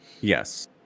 yes